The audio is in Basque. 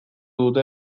dute